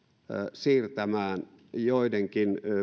siirtämään joidenkin